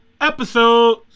episode